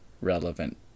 relevant